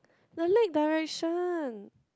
the lake direction